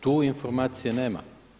Tu informacije nema.